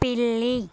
పిల్లి